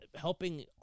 helping